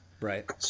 Right